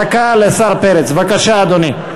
דקה לשר פרץ, בבקשה, אדוני.